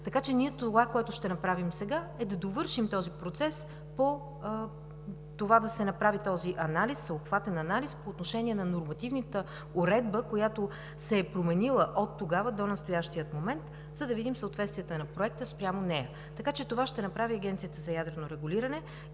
Така че това, което ще направим сега, е да довършим този процес – да се направи всеобхватен анализ по отношение на нормативната уредба, която се е променила оттогава до настоящия момент, за да видим съответствията на проекта спрямо нея. Това ще направи Агенцията за ядрено регулиране